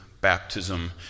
baptism